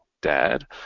dad